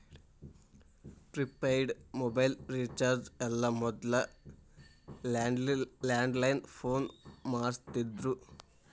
prepaid mobile recharge ಎಲ್ಲ ಮೊದ್ಲ landline phone ಮಾಡಸ್ತಿದ್ರು